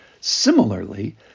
similarly